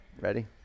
Ready